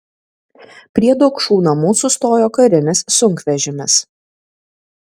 prie dokšų namų sustojo karinis sunkvežimis